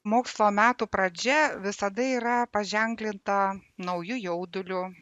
mokslo metų pradžia visada yra paženklinta nauju jauduliu